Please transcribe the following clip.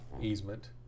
easement